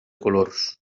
colors